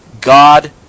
God